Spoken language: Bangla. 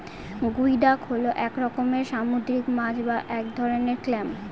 গুই ডাক হল এক রকমের সামুদ্রিক মাছ বা এক ধরনের ক্ল্যাম